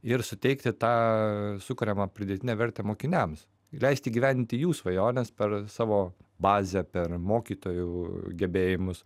ir suteikti tą sukuriamą pridėtinę vertę mokiniams leisti įgyvendinti jų svajones per savo bazę per mokytojų gebėjimus